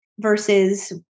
versus